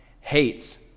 hates